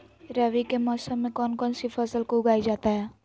रवि के मौसम में कौन कौन सी फसल को उगाई जाता है?